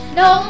no